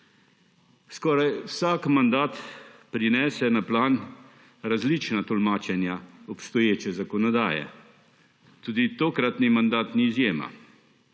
Skoraj vsak mandat prinese na plan različna tolmačenja obstoječe zakonodaje. Tudi tokratni mandat ni izjema.